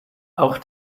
auch